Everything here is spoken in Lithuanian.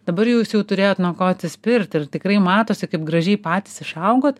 dabar jūs jau turėjot nuo ko atsispirt ir tikrai matosi kaip gražiai patys išaugot